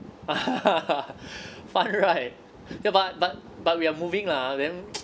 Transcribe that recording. fun right but but but we're moving lah then